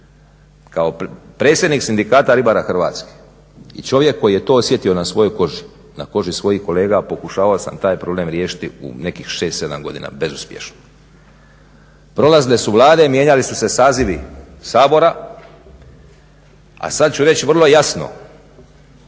Kao predsjednik Sindikata ribara Hrvatske i čovjek koji je to osjetio na svojoj koži, na koži svojih kolega pokušavao sam taj problem riješiti u nekih 6, 7 godina bezuspješno. Prolazile su Vlade, mijenjali su se sazivi Sabora, a sad ću reći vrlo jasno